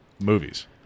movies